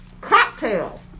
Cocktail